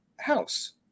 house